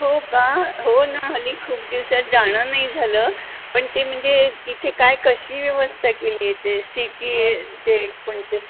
हो का हो ना हल्ली खूप दिवसात जाणं नाही झालं पण ते म्हणजे तिथे काय कशी व्यवस्था केली आहे ते सीटी हे ते कोणते